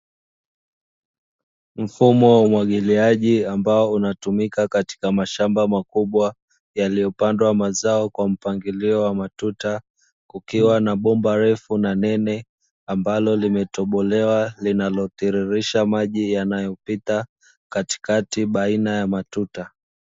Mfumo wa umwagiliaji ambao unatumika katika mashamba makubwa yaliyopandwa mazao kwa mpangilio wa matuta, kukiwa na bomba refu na nene ambalo limetobolewa linalotiririsha maji yanayopita katikati baina ya matuta.